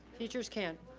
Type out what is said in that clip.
teachers can.